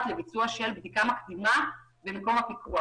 לביצוע של בדיקה מקדימה במקום הפיקוח.